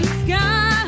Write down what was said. sky